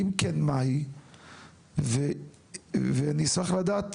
אם כן, מה היא ואני אשמח לדעת,